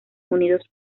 unidos